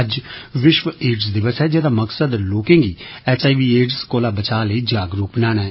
अज्ज विश्व एडस दिवस ऐ जेहदा मकसद लोकें गी एच आई वी एडस कोला बचा लेई जागरुक बनाना ऐ